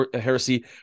heresy